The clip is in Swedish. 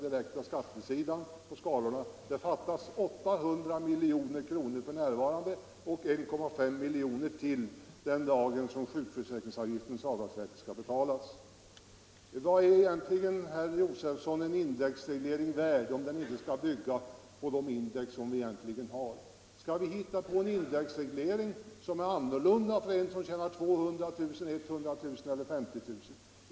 Det fattas för närvarande 1 800 miljoner kronor och ytterligare 1,5 miljarder kronor den dag avdragsrätten för sjukförsäkringsavgiften skall betalas. Vad är egentligen en indexreglering värd, herr Josefson, om den inte skall bygga på de index vi i verkligheten har? Skall vi hitta på en indexreglering som är olika för den som tjänar 200 000, 100 000 och 50 000 kronor?